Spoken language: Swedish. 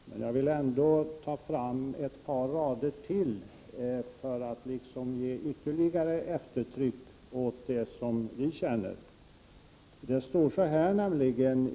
Men jag vill gärna citera ett par rader till för att ge ytterligare eftertryck åt det vi känner.